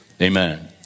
Amen